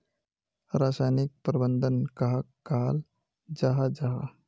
रासायनिक प्रबंधन कहाक कहाल जाहा जाहा?